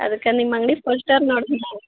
ಅದಕ್ಕೆ ನಿಮ್ಮ ಅಂಗಡಿ ಪೋಶ್ಟರ್ ನೋಡಿದ್ವಿ ನಾವು